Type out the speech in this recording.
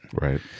Right